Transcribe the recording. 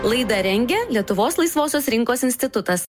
laidą rengia lietuvos laisvosios rinkos institutas